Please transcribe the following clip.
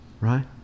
Right